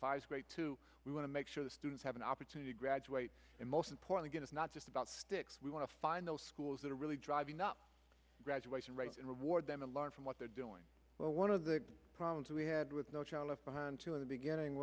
is great too we want to make sure the students have an opportunity to graduate and most important it's not just about sticks we want to find those schools that are really driving up graduation rates and reward them and learn from what they're doing well one of the problems we had with no child left behind two in the beginning